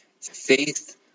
faith